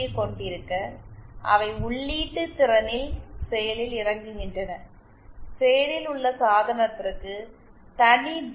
யைக் கொண்டிருக்க அவை உள்ளீட்டு திறனில் செயலில் இயங்குகின்றன செயலில் உள்ள சாதனத்திற்கு தனி டி